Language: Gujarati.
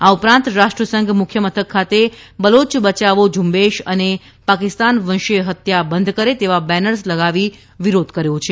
આ ઉપરાંત રાષ્ટ્રસંઘ મુખ્યમથક ખાતે બલોચ બયાવો ઝુંબેશ અને પાકિસ્તાન વંશીય હત્યા બંધ કરે તેવા બેનર્સ લગાવી વિરોધ કર્યો છે